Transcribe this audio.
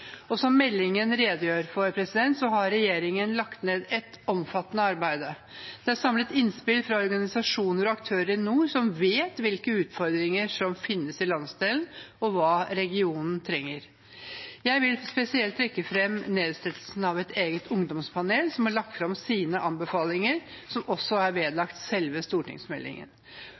Som meldingen redegjør for, har regjeringen lagt ned et omfattende arbeid. Det er samlet innspill fra organisasjoner og aktører i nord som vet hvilke utfordringer som finnes i landsdelen, og hva regionen trenger. Jeg vil spesielt trekke fram det at det er satt ned et eget ungdomspanel som har lagt fram sine anbefalinger, som er vedlagt selve stortingsmeldingen.